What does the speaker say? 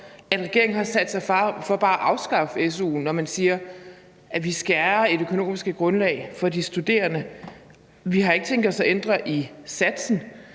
om regeringen har sat sig for bare at afskaffe su'en, når man siger, at vi skærer i det økonomiske grundlag for de studerende. Vi har ikke tænkt os at ændre i su-satsen,